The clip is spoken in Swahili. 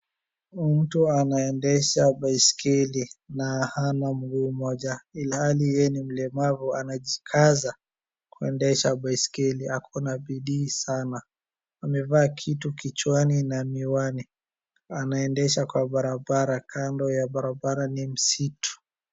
Mtu anaendesha baiskeli na hana mguu moja ilhali yeye ni mlemavu anakijikaza kuendesha baiskeli, akona bidii sana, amevaa kitu kichwani na miwani, anaendesha kwa barabara, kando ya barabara ni msitu.